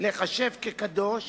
להיחשב לקדוש,